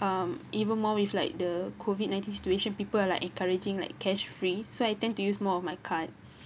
um even more with like the COVID nineteen situation people are like encouraging like cash free so I tend to use more of my card